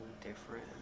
different